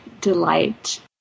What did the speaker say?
delight